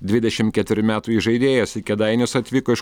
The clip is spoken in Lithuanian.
dvidešim keturių metų įžaidėjas į kėdainius atvyko iš